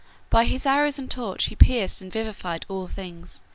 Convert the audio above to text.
by his arrows and torch he pierced and vivified all things,